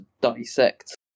dissect